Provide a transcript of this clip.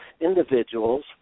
individuals